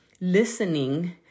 listening